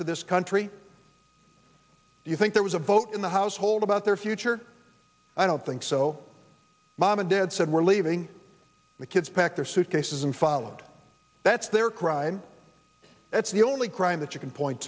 to this country do you think there was a vote in the household about their future i don't think so mom and dad said we're leaving the kids pack their suitcases and followed that's their cried that's the only crime that you can point